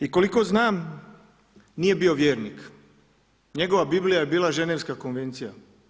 I koliko znam nije bio vjernik, njegova Biblija je bila Ženevska konvencija.